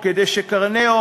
כשמוגשת ההודאה,